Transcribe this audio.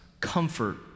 comfort